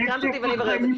סקרנת אותי, ואני אברר את זה.